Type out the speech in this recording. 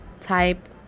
type